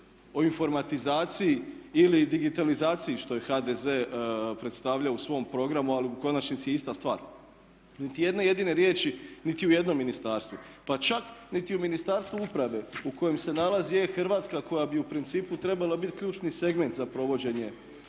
o informatizaciji ili digitalizaciji što je HDZ predstavlja u svom programu ali u konačnici je ista stvar. Niti jedne jedine riječi niti u jednom ministarstvu, pa čak niti u Ministarstvu uprave u kojem se nalazi e-hrvatska koja bi u principu trebala biti ključni segment za provođenje